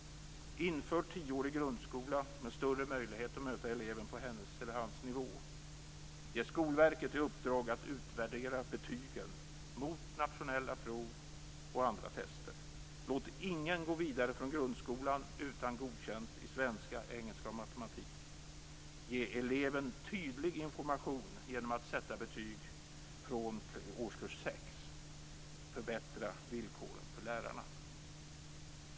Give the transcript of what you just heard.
Inför tioårig grundskola med större möjligheter att möta eleven på hennes eller hans nivå. Ge Skolverket i uppdrag att utvärdera betygen mot nationella prov och andra tester. Låt ingen gå vidare från grundskolan utan godkänt i svenska, engelska och matematik. Ge eleven tydlig information genom att sätta betyg från årskurs 6. Förbättra villkoren för lärarna.